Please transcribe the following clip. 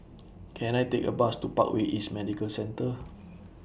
Can I Take A Bus to Parkway East Medical Centre